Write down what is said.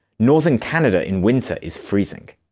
northern canada in winter is freezing.